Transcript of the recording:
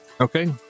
Okay